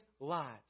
lives